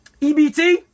EBT